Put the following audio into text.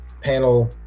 panel